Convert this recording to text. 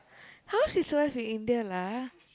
how she survive in India lah